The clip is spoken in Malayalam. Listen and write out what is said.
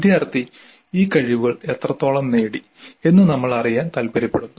വിദ്യാർത്ഥി ഈ കഴിവുകൾ എത്രത്തോളം നേടി എന്ന് നമ്മൾ അറിയാൻ താൽപ്പര്യപ്പെടുന്നു